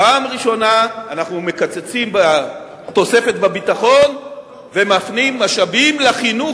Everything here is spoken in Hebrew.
פעם ראשונה אנחנו מקצצים בתוספת בביטחון ומפנים משאבים לחינוך,